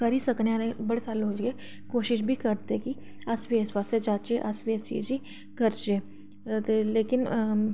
करी सकने आं ते बड़े सारे लोक जेह्के कोशिश बी करदे कि अस बी इस पासै जाह्चै ते अस बी इस चीज गी करचै लेकिन